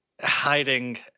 hiding